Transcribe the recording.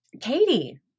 katie